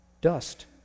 dust